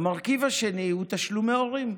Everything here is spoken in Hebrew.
המרכיב השני הוא תשלומי הורים.